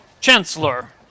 Chancellor